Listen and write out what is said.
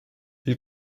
ils